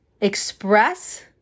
express